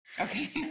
Okay